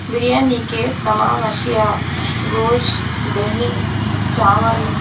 بریانی کے تمام اشیاء گوشت دہی چاول